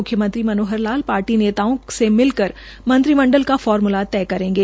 मुख्यमंत्री मनोहर लाल पार्टी नेताओं से मिलकर मंत्रिमंडल का फार्मूला तय करेंगे